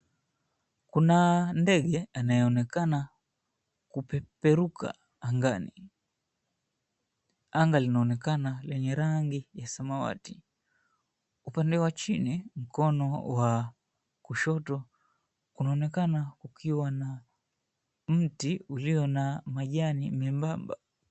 Kuna ndege anayeonekana kupeperuka angani. Anga linaonekana lenye rangi ya samawati. Upande wa chini mkono wa kushoto kunaonekana kukiwa na mti ulio na majani membamba.